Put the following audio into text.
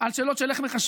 על שאלות של איך מחשבים,